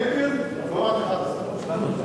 אלקין בבת-אחת עשה.